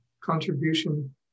contribution